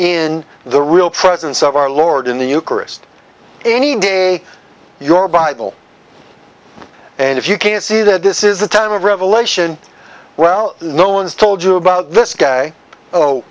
in the real presence of our lord in the eucharist any day your bible and if you can't see that this is the time of revelation well no one's told you about this guy oh